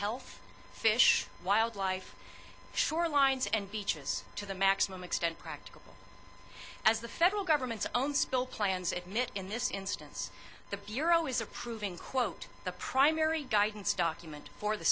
health fish wildlife shorelines and beaches to the maximum extent practicable as the federal government's own spill plans admit in this instance the bureau is approving quote the primary guidance document for the